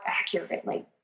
accurately